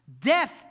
death